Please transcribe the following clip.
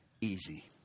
easy